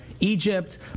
Egypt